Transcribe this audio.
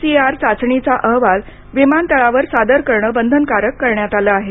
C R चाचणीचा अहवाल विमानतळावर सादर करण बंधनकारक करण्यात आलं आहे